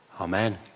Amen